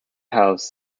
house